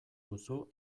duzu